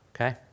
Okay